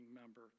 member